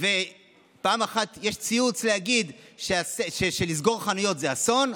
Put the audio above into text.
פעם אחת יש ציוץ שלסגור חנויות זה אסון,